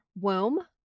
womb